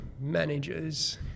managers